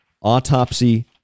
autopsy